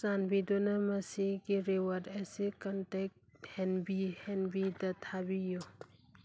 ꯆꯥꯟꯕꯤꯗꯨꯅ ꯃꯁꯤꯒꯤ ꯔꯤꯋꯥꯔꯠ ꯑꯁꯤ ꯀꯟꯇꯦꯛ ꯍꯦꯟꯕꯤ ꯍꯦꯟꯕꯤꯗ ꯊꯥꯕꯤꯌꯨ